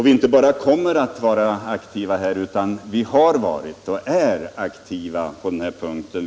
Vi inte bara kommer att vara aktiva på detta område, utan vi har varit det och är det.